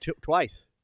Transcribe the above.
twice